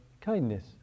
kindness